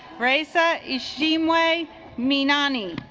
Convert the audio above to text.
racer each team way me nani